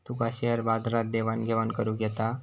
तुका share बाजारात देवाण घेवाण करुक येता?